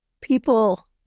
people